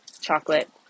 chocolate